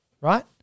right